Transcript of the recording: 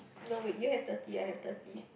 no wait you have thirty I have thirty